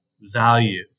value